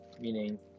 meaning